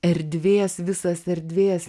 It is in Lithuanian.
erdvės visas erdvės